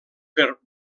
per